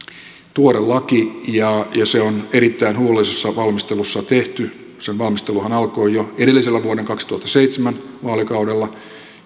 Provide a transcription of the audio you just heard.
tuore laki ja se on erittäin huolellisessa valmistelussa tehty sen valmisteluhan alkoi jo edellisellä vuoden kaksituhattaseitsemän vaalikaudella